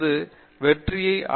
பேராசிரியர் பிரதாப் ஹரிதாஸ் சரி